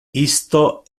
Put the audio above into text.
isto